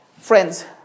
Friends